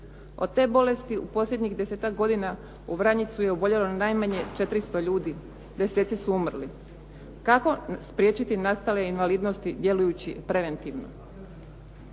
Od te bolesti u posljednjih desetak godina u Vranjicu je oboljelo najmanje 400 ljudi, deseci su umrli. Kako spriječiti nastale invalidnosti djelujući preventivno?